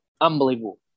unbelievable